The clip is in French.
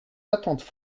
attentes